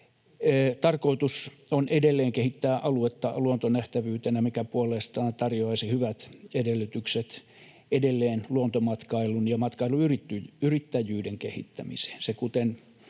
Tarkoitus on edelleen kehittää aluetta luontonähtävyytenä, mikä puolestaan tarjoaisi hyvät edellytykset edelleen luontomatkailun ja matkailuyrittäjyyden kehittämiseen.